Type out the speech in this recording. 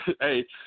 Hey